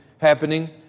Happening